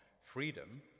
freedom